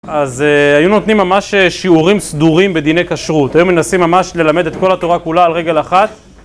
אז היו נותנים ממש שיעורים סדורים בדיני כשרות, היו מנסים ממש ללמד את כל התורה כולה על רגל אחת